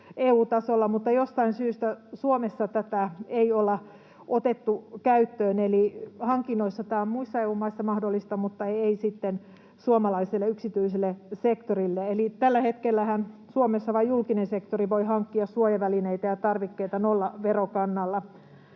mutta jostain syystä Suomessa tätä ei ole otettu käyttöön. Eli hankinnoissa tämä on muissa EU-maissa mahdollista, mutta ei sitten suomalaiselle yksityiselle sektorille. Tällä hetkellähän Suomessa vain julkinen sektori voi hankkia suojavälineitä ja -tarvikkeita nollaverokannalla.